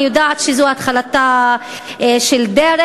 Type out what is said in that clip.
אני יודעת שזו התחלתה של דרך.